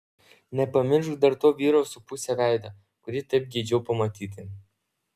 nepamiršk dar to vyro su puse veido kurį taip geidžiau pamatyti